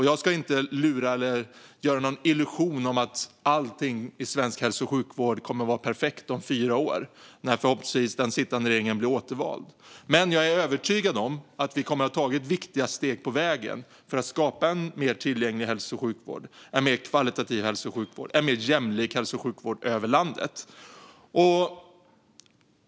Jag ska inte ge någon illusion av att allting i svensk hälso och sjukvård kommer att vara perfekt om fyra år - när den sittande regeringen förhoppningsvis blir återvald - men jag är övertygad om att vi kommer att ha tagit viktiga steg på vägen mot att skapa en mer tillgänglig, högkvalitativ och jämlik hälso och sjukvård över hela landet.